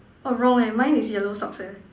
oh wrong eh mine is yellow socks eh